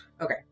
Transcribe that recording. Okay